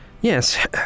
Yes